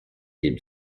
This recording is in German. dem